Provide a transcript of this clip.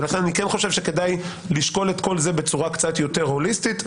לכן אני כן חושב שכדאי לשקול את כל זה בצורה קצת יותר הוליסטית,